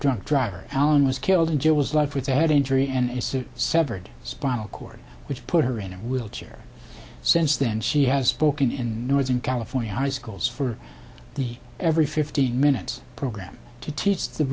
drunk driver allen was killed in jail was left with a head injury and his suit severed spinal cord which put her in a wheelchair since then she has spoken in northern california high schools for the every fifteen minutes program to teach the